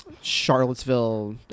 Charlottesville